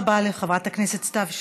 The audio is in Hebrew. תודה רבה לחברת הכנסת סתיו שפיר.